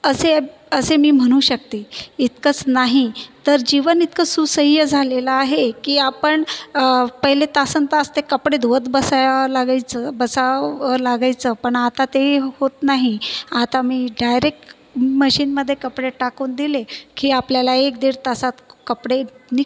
असे असे मी म्हणू शकते इतकंच नाही तर जीवन इतकं सुसह्य झालेलं आहे की आपण पहिले तासनतास ते कपडे धुवत बसावं लागायचं बसावं लागायचं पण आता तेही होत नाही आता मी डायरेक्ट मशीनमध्ये कपडे टाकून दिले की आपल्याला एक दीड तासात कपडे निख